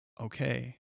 okay